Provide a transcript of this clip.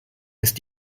ist